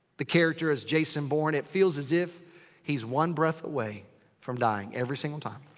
the character is jason bourne. it feels as if he's one breath away from dying. every single time.